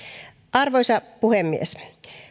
arvoisa puhemies